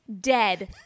dead